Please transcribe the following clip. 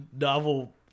novel